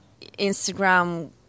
Instagram